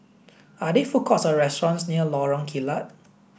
are there food courts or restaurants near Lorong Kilat